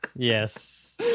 Yes